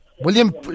William